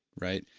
right.